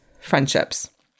friendships